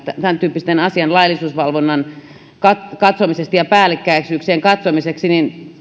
tämäntyyppisten asioiden laillisuusvalvonnan ja päällekkäisyyksien katsomiseksi